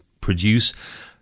produce